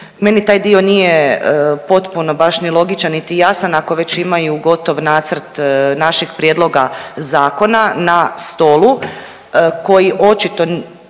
Meni taj dio nije potpuno baš ni logičan niti jasan, ako već imaju gotov nacrt našeg prijedloga zakona na stolu koji očito